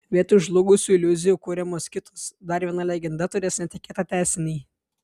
vietoj žlugusių iliuzijų kuriamos kitos dar viena legenda turės netikėtą tęsinį